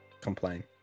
complain